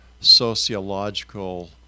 sociological